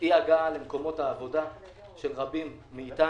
אי הגעה למקומות העבודה של רבים מאתנו.